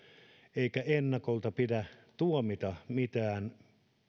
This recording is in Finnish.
eikä ennakolta pidä tuomita mitään